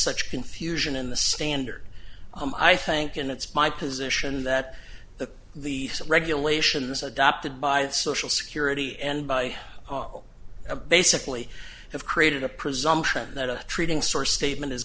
such confusion in the standard i think and it's my position that the the regulations adopted by the social security and by all basically have created a presumption that a treating source statement is